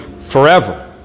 Forever